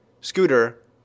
Scooter